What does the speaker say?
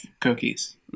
cookies